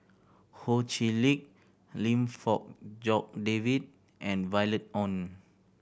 Ho Chee Lick Lim Fong Jock David and Violet Oon